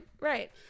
right